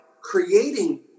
creating